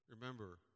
Remember